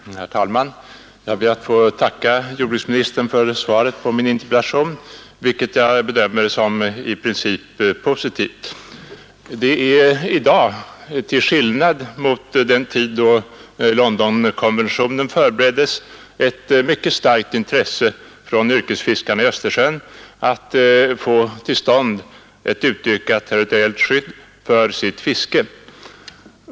Herr talman! Jag ber att få tacka jordbruksministern för svaret på min interpellation, vilket jag bedömer som i princip positivt. Det är i dag, till skillnad mot den tid då Londonkonventionen förbereddes, ett mycket starkt intresse bland yrkesfiskarna i Östersjön att få till stånd ett utökat territoriellt skydd för sitt fiske.